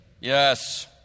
Yes